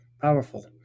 Powerful